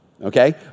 Okay